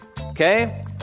Okay